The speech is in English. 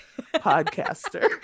podcaster